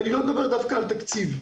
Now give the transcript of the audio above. ואני לא מדבר דווקא על תקציב,